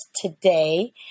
today